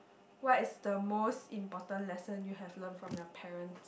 what is the most important lesson you have learnt from your parent